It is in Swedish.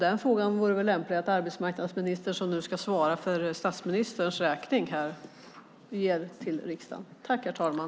Det vore lämpligt om arbetsmarknadsministern, som ska svara för statsministerns räkning, ger detta svar till riksdagen.